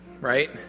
Right